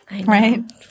Right